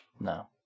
No